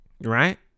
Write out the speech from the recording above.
right